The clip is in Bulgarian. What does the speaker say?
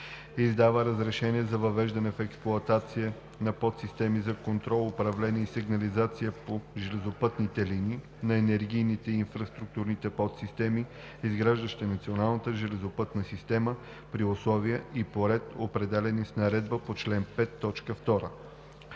издава разрешения за въвеждане в експлоатация на подсистемите за контрол, управление и сигнализация по железопътните линии, на енергийните и инфраструктурните подсистеми, изграждащи националната железопътна система, при условия и по ред, определени с наредбата по чл. 5,